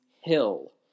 hill